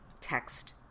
text